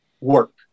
work